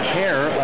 care